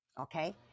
okay